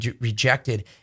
rejected